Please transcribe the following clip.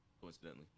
coincidentally